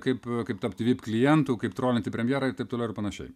kaip kaip tapti vip klientu kaip trolinti premjerą ir taip toliau ir panašiai